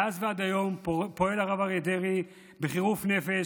מאז ועד היום פועל הרב אריה דרעי בחירוף נפש,